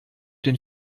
den